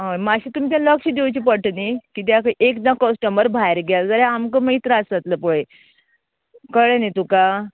हय मात्शें तुमचें लक्ष दिवचें पडटा न्ही कित्याक एकदा कस्टमर भायर गेलो जाल्यार आमकां मागीर त्रास जातलो पळय कळ्ळें न्ही तुका